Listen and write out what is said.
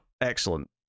excellent